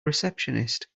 receptionist